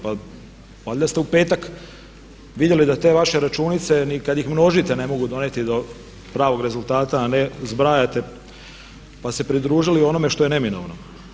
Pa valjda ste u petak vidjeli da te vaše računice ni kad ih množite ne mogu dovesti do pravog rezultata, a ne zbrajate pa ste se pridružili onome što je neminovno.